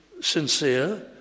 sincere